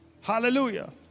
Hallelujah